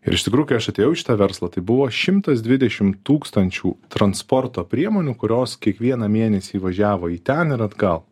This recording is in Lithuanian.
ir iš tikrųjų kai aš atėjau į šitą verslą tai buvo šimtas dvidešimt tūkstančių transporto priemonių kurios kiekvieną mėnesį važiavo į ten ir atgal